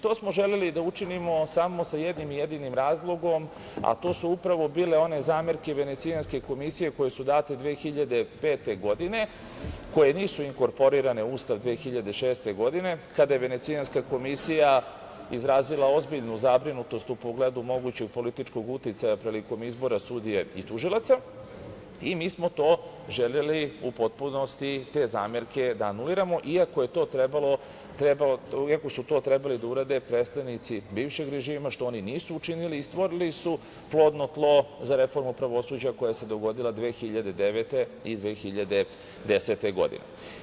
To smo želeli da učinimo samo sa jednim jedinim razlogom, a to su upravo bile one zamerke Venecijanske komisije koje su date 2005. godine, koje nisu inkorporirane u Ustav 2006. godine kada je Venecijanska komisija izrazila ozbiljnu zabrinutost u pogledu mogućeg političkog uticaja prilikom izbora sudije i tužilaca i mi smo to želeli u potpunosti, te zamerke da anuliramo, iako su to trebali da urade predstavnici bivšeg režima što oni nisu učinili i stvorili su plodno tlo za reformu pravosuđa koja se dogodila 2009. i 2010. godine.